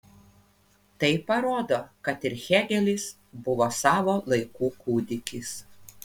tai parodo kad ir hėgelis buvo savo laikų kūdikis